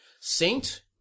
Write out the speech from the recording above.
saint